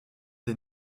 des